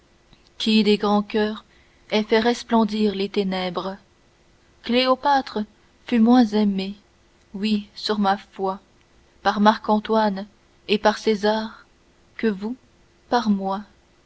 qui des grands coeurs aient fait resplendir les ténèbres cléopàtre fut moins aimée oui sur ma foi par marc-antoine et par césar que vous par moi